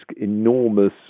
enormous